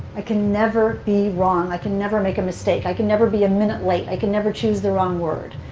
i can never be wrong. i can never make a mistake. i could never be a minute late. i can never choose the wrong word.